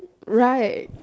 right